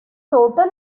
total